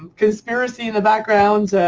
conspiracy in the background.